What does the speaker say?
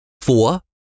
Four